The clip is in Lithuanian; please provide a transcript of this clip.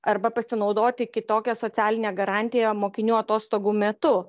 arba pasinaudoti kitokia socialine garantija mokinių atostogų metu